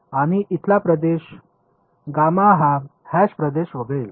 आणि इथला प्रदेश गामा हा हॅश प्रदेश वगळेल